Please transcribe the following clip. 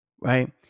right